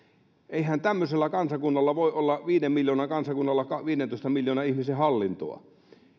eihän tämmöisellä kansakunnalla viiden miljoonan kansakunnalla voi olla viidentoista miljoonan ihmisen hallintoa